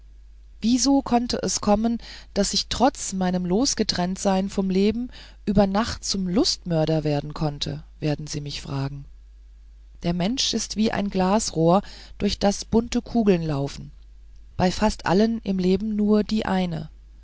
wieso es kommen konnte daß ich trotz meinem losgetrenntsein vom leben über nacht zum lustmörder werden konnte fragen sie mich der mensch ist wie ein glasrohr durch das bunte kugeln laufen bei fast allen im leben nur die eine